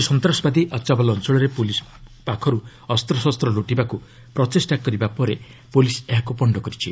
କିଛି ସନ୍ତାସବାଦୀ ଆଚାବଲ ଅଞ୍ଚଳରେ ପୁଲିସ ପାଖରୁ ଅସ୍ତ୍ରଶସ୍ତ ଲୁଟିବାକୁ ପ୍ରଚେଷ୍ଟା କରିବା ପରେ ପୁଲିସ ଏହାକୁ ପଣ୍ଡ କରିଛି